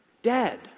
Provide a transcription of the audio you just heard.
dead